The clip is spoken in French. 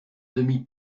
demi